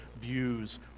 views